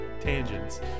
tangents